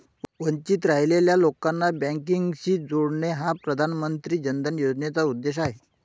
वंचित राहिलेल्या लोकांना बँकिंगशी जोडणे हा प्रधानमंत्री जन धन योजनेचा उद्देश आहे